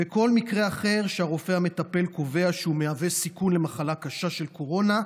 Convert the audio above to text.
ובכל מקרה אחר שהרופא המטפל קובע שהוא מהווה סיכון למחלה קשה של קורונה,